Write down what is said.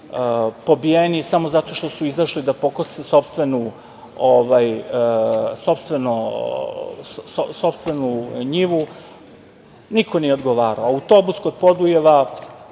pobijeni samo zato što su izašli da pokose sopstvenu njivu. Niko nije odgovarao. Autobus kod Podujeva,